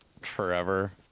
forever